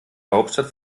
hauptstadt